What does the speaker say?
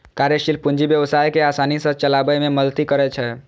कार्यशील पूंजी व्यवसाय कें आसानी सं चलाबै मे मदति करै छै